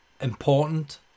important